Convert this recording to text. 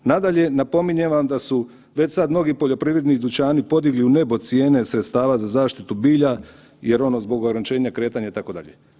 Nadalje, napominjem vam da su već sad mnogi poljoprivredni dućani podigli u nebo cijene sredstava za zaštitu bilja jer ono zbog ograničenja kretanja i tako dalje.